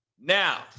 Now